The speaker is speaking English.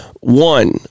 One